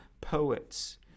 poets